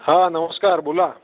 हां नमस्कार बोला